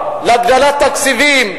להגדלת תקציבים,